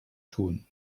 tun